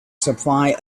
supply